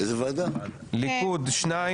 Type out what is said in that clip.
ליכוד שניים,